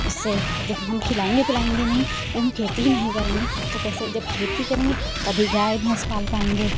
उससे जब हम खिलाएंगे पिलाएंगे नहीं जब हम खेती ही नहीं करेंगे तो कैसे जब खेती करेंगे तभी गाय भैंस पाल पाएंगे